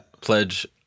Pledge